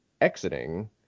exiting